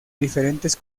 diferentes